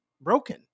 broken